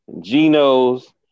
Geno's